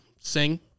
Sing